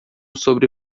sobre